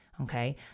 Okay